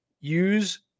use